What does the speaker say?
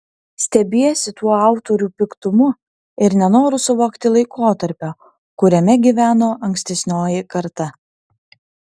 stebiesi tuo autorių piktumu ir nenoru suvokti laikotarpio kuriame gyveno ankstesnioji karta